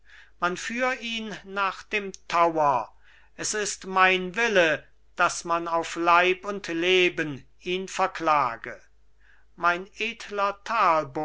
man führ ihn nach dem tower es ist mein wille daß man auf leib und leben ihn verklage mein edler